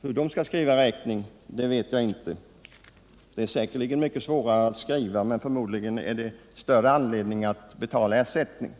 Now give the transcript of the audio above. Hur de skall skriva sina räkningar vet jag inte; dessa blir säkerligen mycket svårare att skriva, men förmodligen är det ännu större anledning att betala ut ersättning